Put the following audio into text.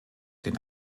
den